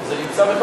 זה נמצא,